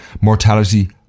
mortality